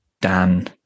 dan